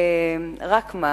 רק מה,